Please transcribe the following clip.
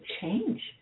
change